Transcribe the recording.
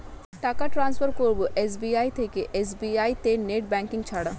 টাকা টান্সফার করব এস.বি.আই থেকে এস.বি.আই তে নেট ব্যাঙ্কিং ছাড়া?